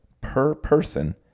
per-person